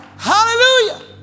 Hallelujah